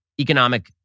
economic